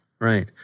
Right